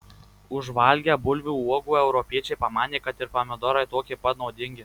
užvalgę bulvių uogų europiečiai pamanė kad ir pomidorai tokie pat nuodingi